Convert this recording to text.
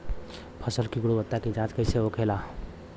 फसल की गुणवत्ता की जांच कैसे होखेला?